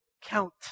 count